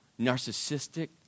narcissistic